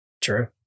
True